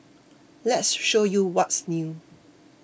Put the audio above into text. let's show you what's new